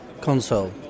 console